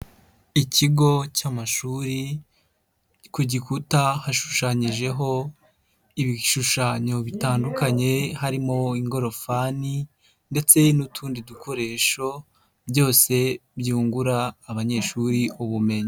Ikigo cy'amashuri ku gikuta hashushanyijeho ibishushanyo bitandukanye harimo ingorofani ndetse n'utundi dukoresho byose byungura abanyeshuri ubumenyi.